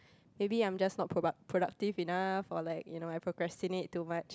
maybe I'm just not product~ productive enough or like you know I procrastinate too much